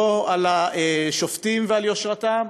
לא על השופטים ועל יושרתם,